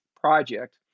Project